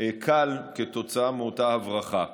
קל מאותה הברחה.